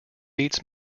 beats